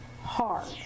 hard